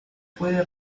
puede